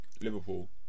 Liverpool